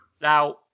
Now